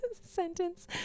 sentence